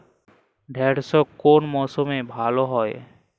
ঢেঁড়শ কোন মরশুমে ভালো হয়?